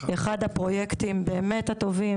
אחד הפרויקטים הטובים,